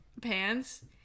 pants